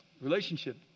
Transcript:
relationship